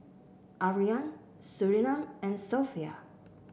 Aryan Surinam and Sofea